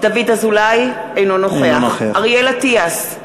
אינו נוכח אריאל אטיאס,